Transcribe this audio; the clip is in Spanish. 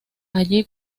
allí